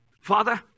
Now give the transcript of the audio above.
Father